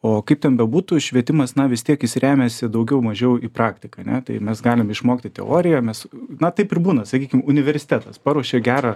o kaip ten bebūtų švietimas na vis tiek jis remiasi daugiau mažiau į praktiką ane tai mes galim išmokti teorijomis na taip ir būna sakykim universitetas paruošė gerą